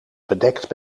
bedekt